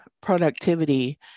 productivity